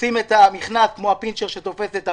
תופסים את המכנס כמו הפינצ'ר שתופס את המכנס.